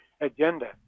agenda